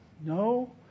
No